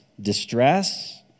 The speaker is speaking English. distress